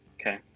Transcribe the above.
Okay